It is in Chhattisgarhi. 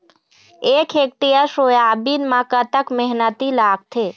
एक हेक्टेयर सोयाबीन म कतक मेहनती लागथे?